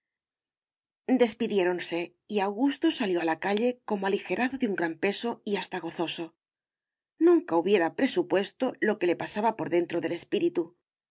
despidiéronse y augusto salió a la calle como alijerado de un gran peso y hasta gozoso nunca hubiera presupuesto lo que le pasaba por dentro del espíritu